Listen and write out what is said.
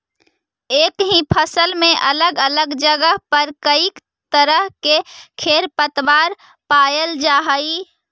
एक ही फसल में अलग अलग जगह पर कईक तरह के खरपतवार पायल जा हई